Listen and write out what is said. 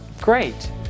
Great